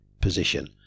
position